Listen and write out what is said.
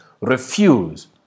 Refuse